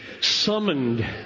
summoned